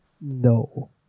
No